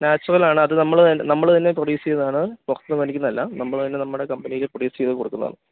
നാച്ചുറലാണ് അത് നമ്മള് നമ്മള് തന്നെ പ്രൊഡ്യൂസെയ്യുന്നതാണ് പുറത്തുനിന്നു മേടിക്കുന്നതല്ല നമ്മള് തന്നെ നമ്മുടെ കമ്പനിയിൽ പ്രൊഡ്യൂസ് ചെയ്തു കൊടുക്കുന്നതാണ്